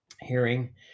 hearing